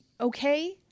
okay